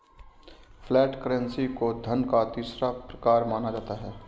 flat currency को धन का तीसरा प्रकार माना जाता है